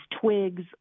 twigs